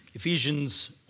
Ephesians